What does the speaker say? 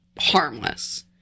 harmless